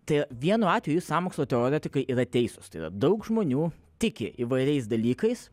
tai vienu atveju sąmokslo teoretikai yra teisūs tai yra daug žmonių tiki įvairiais dalykais